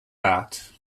bat